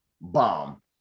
bomb